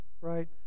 right